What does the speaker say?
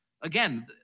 again